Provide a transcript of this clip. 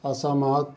असहमत